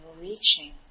reaching